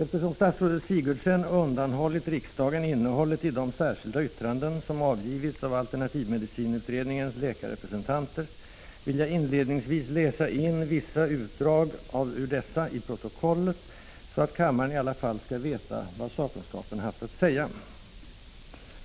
Eftersom statsrådet Sigurdsen undanhållit riksdagen innehållet i de särskilda yttranden som avgivits av alternativmedicinutredningens läkarrepresentanter, vill jag inledningsvis läsa in vissa utdrag ur dessa i protokollet, så att kammaren i alla fall skall veta vad sakkunskapen haft att säga.